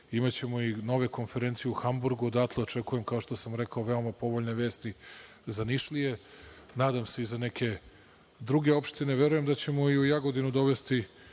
Imaćemo i nove konferencije u Hamburgu. Odatle očekujem, kao što sam rekao, veoma povoljne vesti za Nišlije, nadam se i za neke druge opštine. Verujem da ćemo i u Jagodinu dovesti